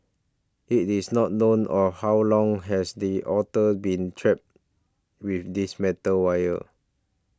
it is not known or how long has the otter been trapped with this metal wire